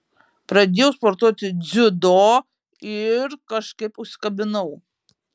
pradėjau sportuoti dziudo ir kažkaip užsikabinau